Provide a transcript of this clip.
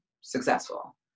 successful